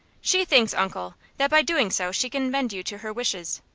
she thinks, uncle, that by doing so she can bend you to her wishes.